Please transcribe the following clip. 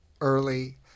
early